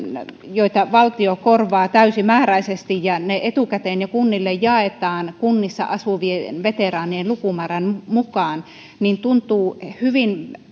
joita valtio korvaa täysimääräisesti ja jotka etukäteen jo kunnille jaetaan kunnissa asuvien veteraanien lukumäärän mukaan tuntuu hyvin